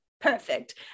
Perfect